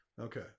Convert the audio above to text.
Okay